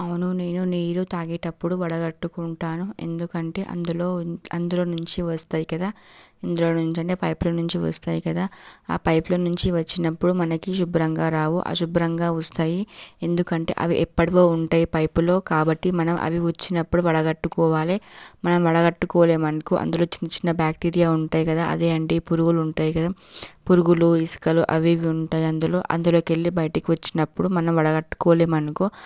అవును నేను నీరు తాగేటప్పుడు వడగట్టుకుంటాను ఎందుకంటే అందులో అందులో నుంచి వస్తాయి కదా ఎందులో నుంచి అంటే పైపుల నుంచి వస్తాయి కదా ఆ పైపుల నుంచి వచ్చినప్పుడు మనకి శుభ్రంగా రావు అశుభ్రంగా వస్తాయి ఎందుకంటే అవి ఎప్పటివో ఉంటాయి పైపులో కాబట్టి మనం అవి వచ్చినప్పుడు వడగట్టుకోవాలె మనం వడగట్టుకోలేమనుకో అందులో చిన్న చిన్న బ్యాక్టీరియా ఉంటాయి కదా అదే అండి పురుగులు ఉంటాయి కదా పురుగులు ఇసుకలు అవి ఇవి ఉంటాయి అందులో అందులోకెళ్ళి బయటికి వచ్చినప్పుడు మనం వడగట్టుకోలేమనుకో